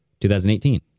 2018